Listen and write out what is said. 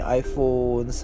iPhone